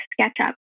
SketchUp